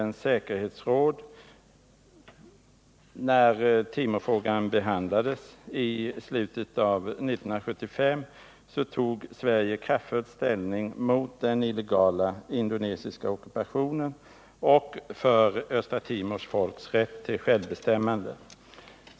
När Timorfrågan behandlades i slutet av 1975 tog Sverige som medlem av FN:s säkerhetsråd kraftfullt ställning mot den illegala indonesiska ockupationen och för Östra Timors folks rätt till självbestämmande.